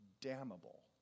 damnable